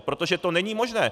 Protože to není možné.